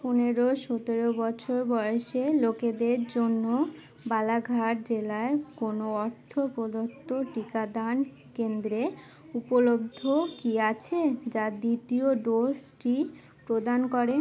পনেরো সতেরো বছর বয়েসের লোকেদের জন্য বালাঘাট জেলায় কোনো অর্থ প্রদত্ত টিকাদান কেন্দ্রে উপলব্ধ কি আছে যা দ্বিতীয় ডোসটি প্রদান করে